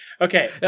Okay